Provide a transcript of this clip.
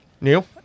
Neil